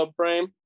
subframe